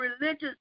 religious